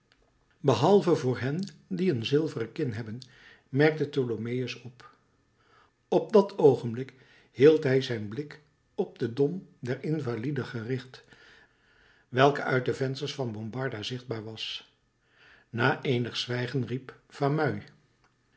behalve voor hen die een zilveren kin hebben merkte tholomyès op op dat oogenblik hield hij zijn blik op den dom der invaliden gericht welke uit de vensters van bombarda zichtbaar was na eenig zwijgen riep